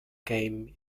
game